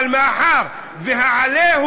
אבל בגלל ה"עליהום"